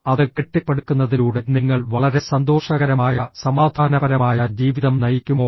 അത് കെട്ടിപ്പടുക്കുന്നതിലൂടെ നിങ്ങൾ വളരെ സന്തോഷകരമായ സമാധാനപരമായ ജീവിതം നയിക്കുമോ